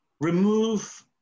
remove